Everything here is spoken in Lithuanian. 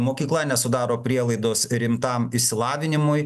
mokykla nesudaro prielaidos rimtam išsilavinimui